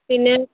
പിന്നെ